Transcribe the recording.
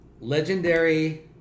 legendary